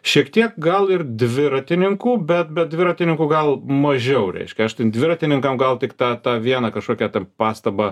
šiek tiek gal ir dviratininkų bet bet dviratininkų gal mažiau reiškia aš tai dviratininkam gal tik tą tą vieną kažkokią pastabą